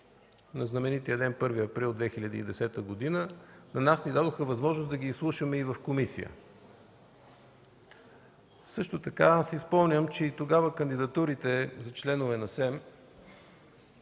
на знаменития ден 1 април 2010 г., на нас ни дадоха възможност да ги изслушаме и в комисията. Спомням си, че тогава кандидатурите за членове на СЕМ